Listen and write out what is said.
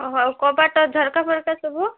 ଅ ହଉ କବାଟ ଝରକା ଫରକା ସବୁ